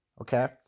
okay